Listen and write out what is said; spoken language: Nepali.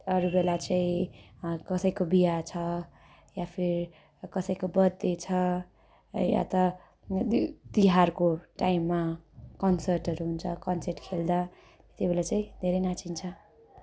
अरू बेला चाहिँ कसैको बिहा छ या फिर कसैको बर्थडे छ है या त ती तिहारको टाइममा कन्सर्टहरू हुन्छ कन्सर्ट खेल्दा त्यति बेला चाहिँ धेरै नाचिन्छ